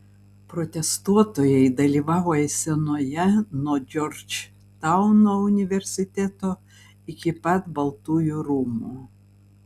protestuotojai dalyvavo eisenoje nuo džordžtauno universiteto iki pat baltųjų rūmų